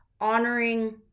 honoring